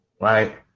right